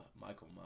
michael